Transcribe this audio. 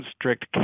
strict